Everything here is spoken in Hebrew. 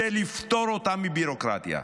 זה לפטור אותם מביורוקרטיה.